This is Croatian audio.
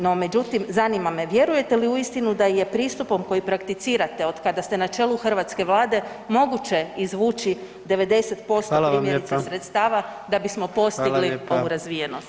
No, međutim zanima me vjerujete li uistinu da je pristupom koji prakticirate od kada ste na čelu hrvatske Vlade moguće izvući 90% primjerice [[Upadica: Hvala lijepo.]] sredstava da bismo postigli [[Upadica: Hvala lijepa.]] ovu razvijenost.